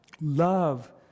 love